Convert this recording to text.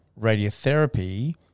radiotherapy